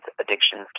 addictions